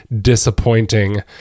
disappointing